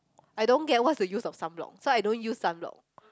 I don't get what's the use of sunblock so I don't use sunblock